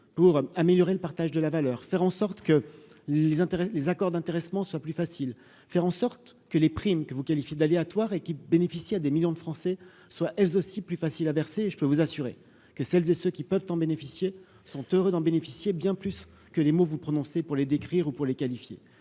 pour améliorer le partage de la valeur, faire en sorte que les intérêts, les accords d'intéressement soit plus facile, faire en sorte que les primes que vous qualifiez d'aléatoire et qui bénéficie à des millions de Français soient elles aussi plus facile à verser, je peux vous assurer que celles et ceux qui peuvent en bénéficier sont heureux d'en bénéficier, bien plus que les mots vous prononcer pour les décrire ou pour les qualifier,